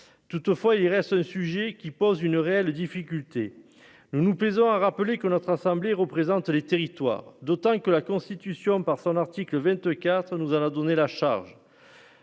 toutefois il irait à ce sujet qui pose une réelle difficulté ne nous plaisant à rappeler que notre assemblée représente les territoires, d'autant que la constitution par son article 24 nous en a donné la charge,